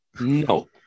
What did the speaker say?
No